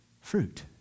fruit